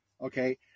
okay